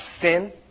sin